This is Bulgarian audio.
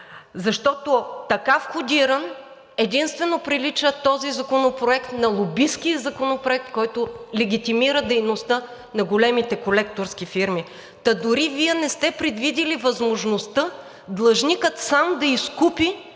защото така входиран, този законопроект единствено прилича на лобистки законопроект, който легитимира дейността на големите колекторски фирми. Вие дори не сте предвидили възможността длъжникът сам да изкупи